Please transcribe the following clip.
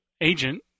agent